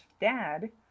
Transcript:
dad